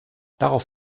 darauf